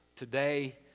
today